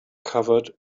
covered